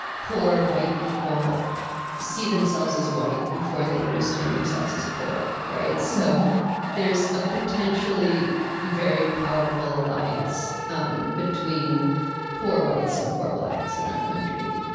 poor white people see themselves as white before they understand themselves as poor. so there's a potentially very powerful alliance um between poor whites and poor blacks in our country,